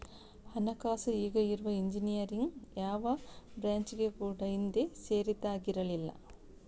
ಹಣಕಾಸು ಈಗ ಇರುವ ಇಂಜಿನಿಯರಿಂಗಿನ ಯಾವ ಬ್ರಾಂಚಿಗೆ ಕೂಡಾ ಹಿಂದೆ ಸೇರಿದ್ದಾಗಿರ್ಲಿಲ್ಲ